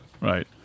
right